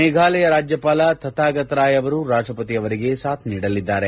ಮೇಘಾಲಯ ರಾಜ್ಯಪಾಲ ತಥಾಗತ್ ರಾಯ್ ಅವರು ರಾಷ್ಟಪತಿ ಅವರಿಗೆ ಸಾಥ್ ನೀಡಲಿದ್ದಾರೆ